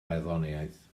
barddoniaeth